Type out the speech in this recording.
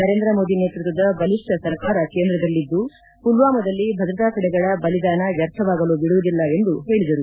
ನರೇಂದ್ರ ಮೋದಿ ನೇತೃತ್ವದ ಬಲಿಷ್ಠ ಸರ್ಕಾರ ಕೇಂದ್ರದಲ್ಲಿದ್ದು ಪುಲ್ವಾಮಾದಲ್ಲಿ ಭದ್ರತಾ ಪಡೆಗಳ ಬಲಿದಾನ ವ್ಯರ್ಥವಾಗಲು ಬಿಡುವುದಿಲ್ಲ ಎಂದು ಹೇಳಿದರು